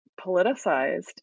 politicized